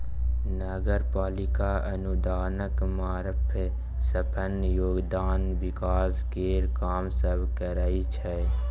नगर पालिका अनुदानक मारफत अप्पन योगदान विकास केर काम सब मे करइ छै